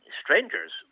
strangers